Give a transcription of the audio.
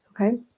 okay